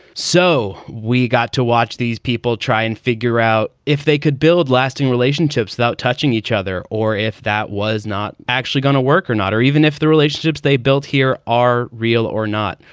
so we got to watch these people try and figure out if they could build lasting relationships about touching each other or if that was not actually going to work or not, or even if the relationships they built here are real or not.